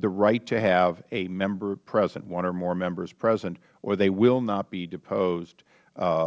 the right to have a member presenth one or more members present or they will not be deposed